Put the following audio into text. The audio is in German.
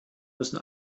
müssen